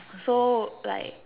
so like